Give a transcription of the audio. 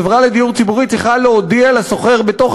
החברה לדיור ציבורי צריכה להודיע לשוכר בתוך